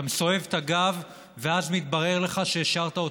אתה מסובב את הגב ואז מתברר לך שהשארת אותו,